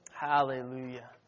Hallelujah